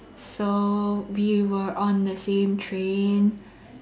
so we were on the same train